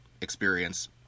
experience